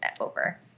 over